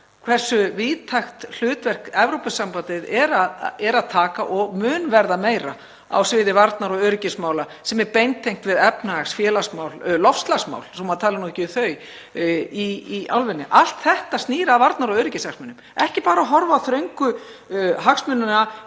hversu víðtækt hlutverk Evrópusambandið hefur og mun fara með enn frekar á sviði varnar- og öryggismála sem er beintengt við efnahagsmál, félagsmál, loftslagsmál, svo maður tali nú ekki um þau, í álfunni. Allt þetta snýr að varnar- og öryggishagsmunum. Ekki bara að horfa á þröngu hagsmunina